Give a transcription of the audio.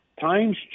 Times